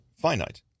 finite